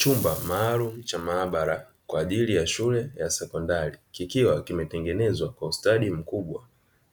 Chumba maalumu cha maabara kwa ajili ya shule ya sekondari kikiwa kimetengenezwa kwa ustadi mkubwa,